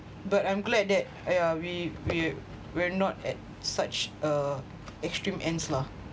but I'm glad that yeah we we're we're not at such uh extreme ends lah